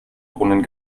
brunnen